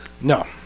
No